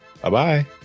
Bye-bye